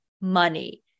money